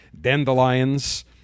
dandelions